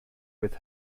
with